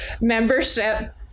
membership